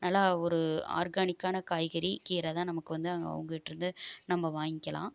நல்லா ஒரு ஆர்கானிக்கான காய்கறி கீர தான் நமக்கு வந்து அவங்ககிட்ருந்து நம்ம வாய்ங்க்கலாம்